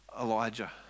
Elijah